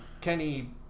Kenny